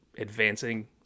advancing